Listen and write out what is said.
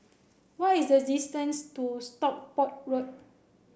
what is the distance to Stockport Road